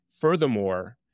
Furthermore